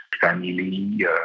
family